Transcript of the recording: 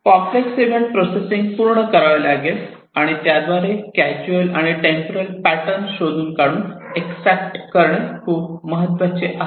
complex event processing पूर्ण करावे लागेल आणि त्याद्वारे कॅज्युअल आणि टेम्परल पॅटर्न शोधून काढून एक्सट्रॅक्ट करणे खूप महत्त्वाचे आहे